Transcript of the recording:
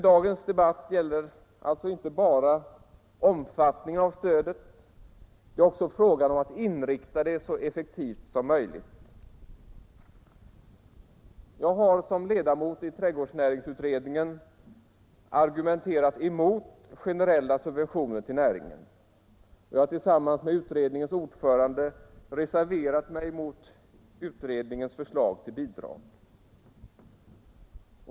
Dagens debatt gäller alltså inte bara omfattningen av stödet. Det är också fråga om att ge det en så effektiv inriktning som möjligt. Jag har som ledamot av trädgårdsnäringsutredningen argumenterat emot generella subventioner till näringen. Jag har tillsammans med utredningens ordförande reserverat mig mot utredningens förslag till bidrag.